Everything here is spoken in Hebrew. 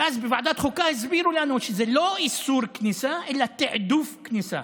ואז בוועדת חוקה הסבירו לנו שזה לא איסור כניסה אלא תעדוף כניסה.